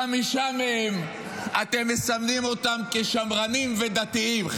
חמישה מהם אתם מסמנים אותם כשמרנים ודתיים,